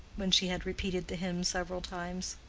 when she had repeated the hymn several times.